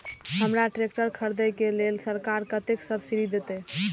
हमरा ट्रैक्टर खरदे के लेल सरकार कतेक सब्सीडी देते?